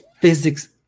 physics